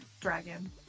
dragon